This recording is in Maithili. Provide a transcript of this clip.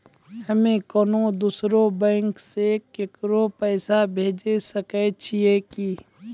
हम्मे कोनो दोसरो बैंको से केकरो पैसा भेजै सकै छियै कि?